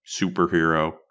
superhero